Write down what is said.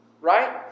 right